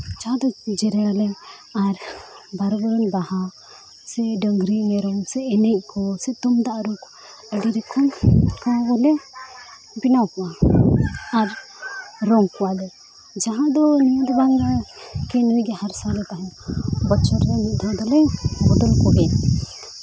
ᱡᱟᱦᱟᱸ ᱫᱚ ᱡᱮᱨᱮᱲ ᱟᱞᱮ ᱟᱨ ᱵᱟᱨᱚ ᱵᱚᱨᱚᱱ ᱵᱟᱦᱟ ᱥᱮ ᱰᱟᱝᱨᱤ ᱢᱮᱨᱚᱢ ᱥᱮ ᱮᱱᱮᱡ ᱠᱚ ᱥᱮ ᱛᱩᱢᱫᱟᱜ ᱨᱩ ᱠᱚ ᱟᱹᱰᱤ ᱨᱚᱠᱚᱢ ᱜᱮᱞᱮ ᱵᱮᱱᱟᱣ ᱠᱚᱣᱟ ᱟᱨ ᱨᱚᱝ ᱠᱚᱣᱟᱞᱮ ᱡᱟᱦᱟᱸ ᱫᱚ ᱱᱤᱭᱟᱹ ᱫᱚ ᱵᱟᱝᱜᱮ ᱠᱤ ᱱᱩᱭᱜᱮ ᱛᱟᱦᱮᱱᱟ ᱵᱚᱪᱷᱚᱨ ᱨᱮ ᱢᱤᱫ ᱫᱷᱟᱣ ᱫᱚᱞᱮ ᱵᱚᱫᱚᱞ ᱠᱚᱜᱮᱭᱟ